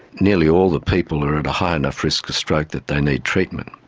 nearly all the people are at a high enough risk of stroke that they need treatment.